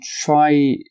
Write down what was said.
try